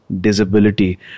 disability